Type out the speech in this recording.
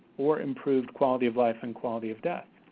or improved quality of life, and quality of death.